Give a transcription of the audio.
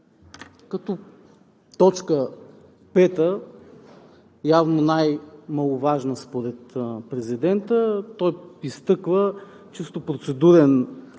като в точка пета – явно най-маловажна според президента, изтъква чисто процедурен